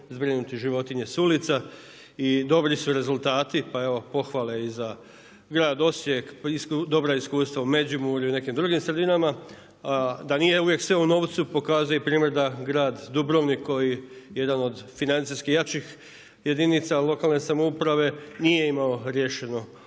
zbrinuti životinje s ulica. I dobri su rezultati, pa evo pohvale i za grad Osijek, dobra iskustva u Međimurju i nekim drugim sredinama. A da nije uvijek sve u novcu pokazuje i primjer da grad Dubrovnik koji je jedan od financijski jačih jedinica lokalne samouprave nije imao riješeno na